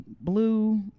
blue